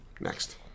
Next